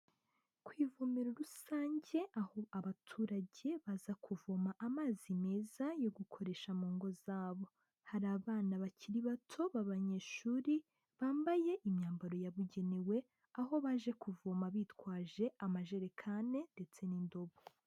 Ku ivomero rusange aho abaturage baza kuvoma amazi meza yo gukoresha mu ngo zabo. Hari abana bakiri bato b'abanyeshuri bambaye imyambaro yabugenewe aho baje kuvoma bitwaje amajerekane ndetse n'indobo.